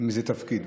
איזה תפקיד.